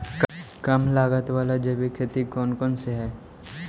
कम लागत वाला जैविक खेती कौन कौन से हईय्य?